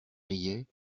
riait